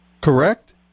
correct